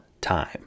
time